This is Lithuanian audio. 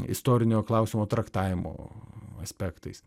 istorinio klausimo traktavimo aspektais